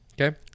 Okay